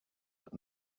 but